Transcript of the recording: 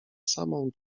samą